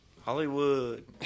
Hollywood